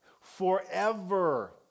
forever